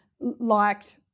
liked